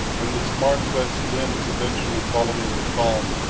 in the smart west winds eventually following the calm,